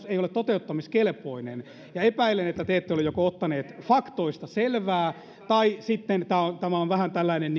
ei ole toteuttamiskelpoinen epäilen että te ette ole joko ottaneet faktoista selvää tai sitten tämä on vähän tällainen